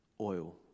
oil